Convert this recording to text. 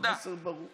המסר ברור.